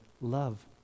love